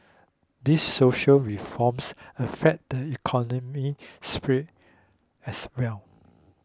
these social reforms affect the economic sphere as well